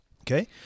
Okay